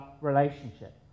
relationship